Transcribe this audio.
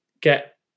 get